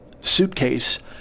suitcase